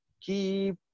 Keep